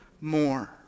more